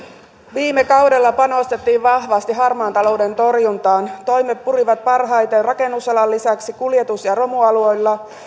viime kaudella panostettiin vahvasti harmaan talouden torjuntaan toimet purivat parhaiten rakennusalan lisäksi kuljetus ja romualoilla